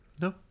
No